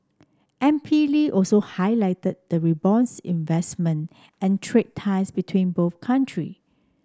M P Lee also highlighted the robust investment and trade ties between both country